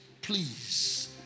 please